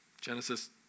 Genesis